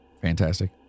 fantastic